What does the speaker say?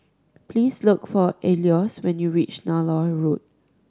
please look for Alois when you reach Nallur Road